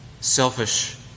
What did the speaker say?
selfish